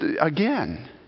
again